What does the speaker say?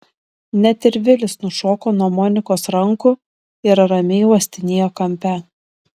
net ir vilis nušoko nuo monikos rankų ir ramiai uostinėjo kampe